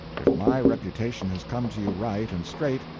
if my reputation has come to you right and straight,